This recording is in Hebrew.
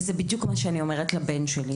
וזה בדיוק מה שאני אומרת לבן שלי,